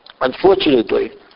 Unfortunately